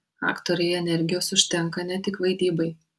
aktorei energijos užtenka ne tik vaidybai